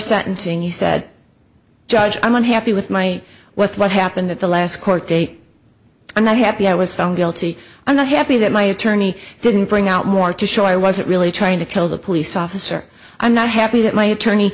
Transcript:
sentencing you said judge i'm going happy with my what happened at the last court date and i'm happy i was found guilty i'm not happy that my attorney didn't bring out more to show i wasn't really trying to kill the police officer i'm not happy that my attorney